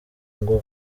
nguvu